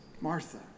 Martha